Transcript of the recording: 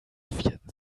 vierten